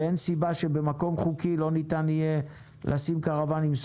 ואין סיבה שבמקום חוקי לא ניתן יהיה לשים קרוואנים.